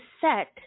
set